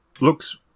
looks